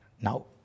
Now